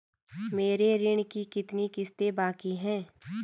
मेरे ऋण की कितनी किश्तें बाकी हैं?